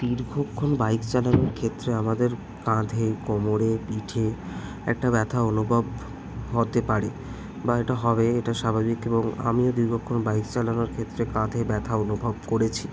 দীর্ঘক্ষণ বাইক চালানোর ক্ষেত্রে আমাদের কাঁধে কোমরে পিঠে একটা ব্যথা অনুবভ হতে পারে বা এটা হবে এটা স্বাভাবিক এবং আমিও দীর্ঘক্ষণ বাইক চালানোর ক্ষেত্রে কাঁধে ব্যথা অনুভব করেছি